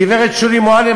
גברת שולי מועלם,